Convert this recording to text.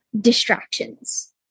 distractions